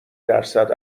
درصد